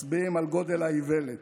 מצביעה על גודל האיוולת,